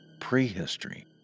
prehistory